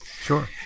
Sure